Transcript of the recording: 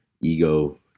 ego